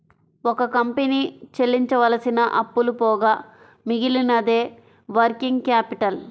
ఒక కంపెనీ చెల్లించవలసిన అప్పులు పోగా మిగిలినదే వర్కింగ్ క్యాపిటల్